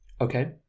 Okay